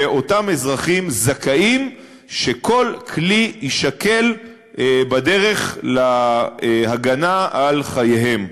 ואותם אזרחים זכאים שכל כלי יישקל בדרך להגנה על חייהם.